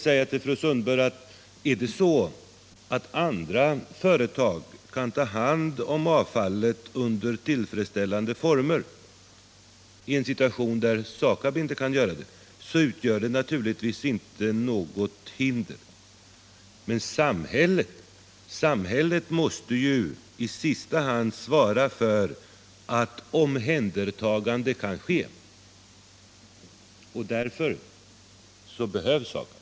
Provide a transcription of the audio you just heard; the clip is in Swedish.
Om andra företag under tillfredsställande former kan ta hand om avfallet i en situation där SAKAB inte kan göra det, finns det naturligtvis inte något hinder för dem att också göra det. Men samhället måste ju i sista hand svara för att omhändertagande kan ske. Därför behövs SAKAB.